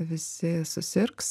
visi susirgs